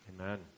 Amen